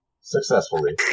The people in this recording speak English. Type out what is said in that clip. successfully